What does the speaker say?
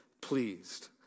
pleased